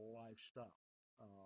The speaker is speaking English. lifestyle